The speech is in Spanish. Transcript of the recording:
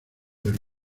del